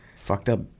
fucked-up